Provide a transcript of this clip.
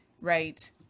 Right